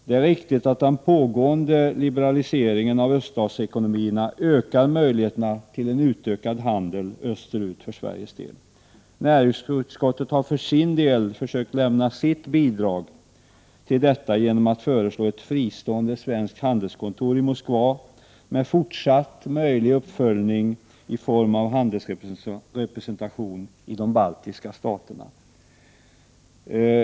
Det är riktigt att den pågående liberaliseringen av öststatsekonomierna ökar möjligheterna till en större handel österut för Sveriges del. Näringsutskottet har för sin del försökt lämna sitt bidrag till detta genom att föreslå ett fristående svenskt handelskontor i Moskva med fortsatt möjlig uppföljning i form av handelsrepresentation i de baltiska staterna.